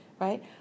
right